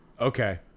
Okay